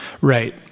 Right